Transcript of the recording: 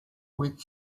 with